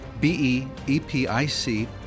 B-E-E-P-I-C